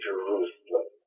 Jerusalem